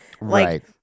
Right